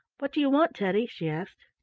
what do you want, teddy? she asked.